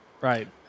Right